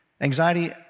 Anxiety